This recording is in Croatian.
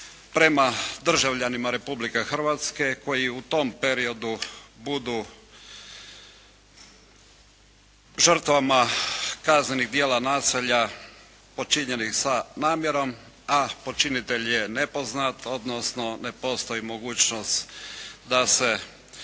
prema državljanima Republike Hrvatske koji u tom periodu budu žrtvama kaznenih djela nasilja počinjenih sa namjerom, a počinitelj je nepoznat odnosno ne postoji mogućnost da se